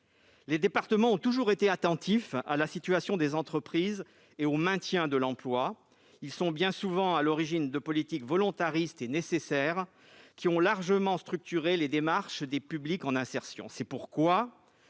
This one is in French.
Les départements ont toujours été attentifs à la situation des entreprises et au maintien de l'emploi. Ils sont bien souvent déjà à l'origine de politiques volontaristes et nécessaires qui ont largement structuré les démarches des publics en insertion.